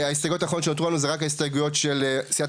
שההסתייגויות האחרונות שנותרו לנו זה רק ההסתייגויות של סיעת